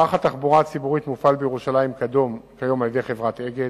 מערך התחבורה הציבורית מופעל בירושלים כיום על-ידי חברת "אגד".